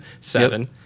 seven